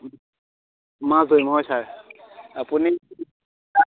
মাছ ধৰিম হয় ছাৰ আপুনি